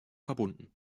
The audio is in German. verbunden